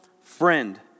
friend